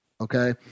Okay